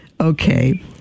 Okay